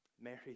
Mary